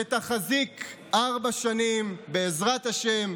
שתחזיק ארבע שנים, בעזרת השם,